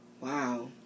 wow